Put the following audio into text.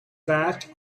that